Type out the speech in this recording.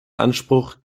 anspruch